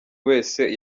wese